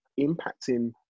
impacting